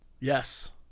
Yes